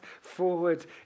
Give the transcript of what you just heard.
forward